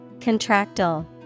Contractile